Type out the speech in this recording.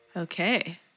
Okay